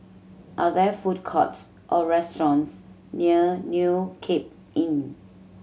are there food courts or restaurants near New Cape Inn